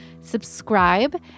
subscribe